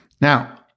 Now